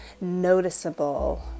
noticeable